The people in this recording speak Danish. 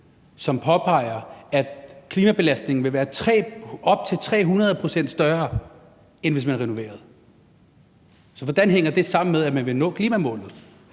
som påpeger, at klimabelastningen vil være op til 300 pct. større, end hvis man renoverede. Så hvordan hænger det sammen med, at man vil nå klimamålet?